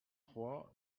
trois